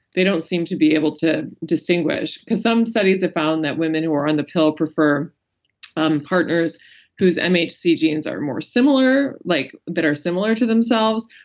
they don't seem to be able to distinguish. because some studies have found that women who are on the pill prefer um partners who's mhc genes are more similar, like that are similar to themselves.